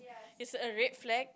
is a red flag